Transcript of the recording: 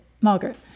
Margaret